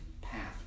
path